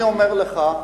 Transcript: אני אומר לך,